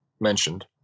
mentioned